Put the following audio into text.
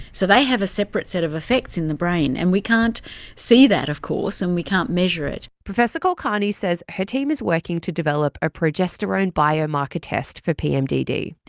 so they have a separate set of effects in the brain and we can't see that of course and we can't measure it. professor kulkarni says her team is working to develop a progesterone biomarker test for pmdd.